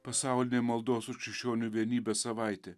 pasaulinė maldos už krikščionių vienybę savaitė